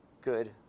good